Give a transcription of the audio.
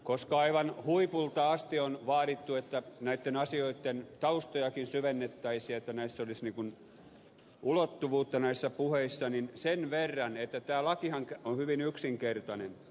koska aivan huipulta asti on vaadittu että näitten asioitten taustojakin syvennettäisiin että näissä puheissa olisi ulottuvuutta niin sen verran että tämä lakihan on hyvin yksinkertainen